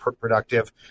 productive